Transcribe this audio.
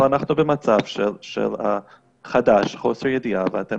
אבל אנחנו במצב חדש של חוסר ידיעה ואתם